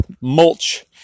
mulch